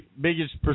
biggest